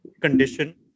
condition